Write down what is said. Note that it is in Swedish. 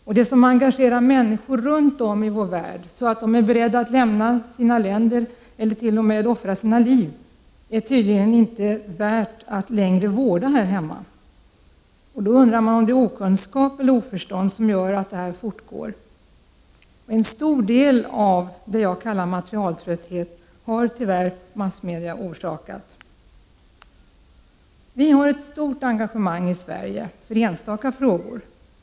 Sådant som engagerar människor runt om i vår värld så intensivt att de är beredda att lämna sina hemländer och t.o.m. offra sina liv är tydligen inte längre värt att vårda här hemma. Är det okunskap eller oförstånd, som gör att detta kan fortgå? En stor del av det jag kallar materialtrötthet har tyvärr massmedia orsakat. Vi har ett stort engagemang i Sverige när det gäller enstaka frågor.